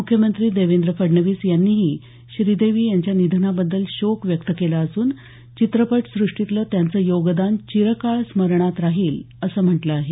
मुख्यमंत्री देवेंद्र फडणवीस यांनीही श्रीदेवी यांच्या निधनाबद्दल शोक व्यक्त केला असून चित्रपटसृष्टीतलं त्यांचं योगदान चिरकाळ स्मरणात राहील असं म्हटलं आहे